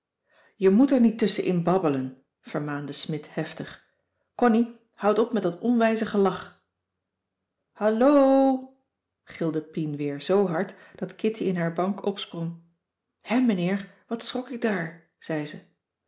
je moet er niet tusschen in babbelen vermaande smidt heftig connie houd op met dat onwijze gelach hall gilde pien weer zoo hard dat kitty in haar bank opsprong hè meneer wat schrok ik daar zei ze